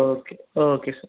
okay okay sir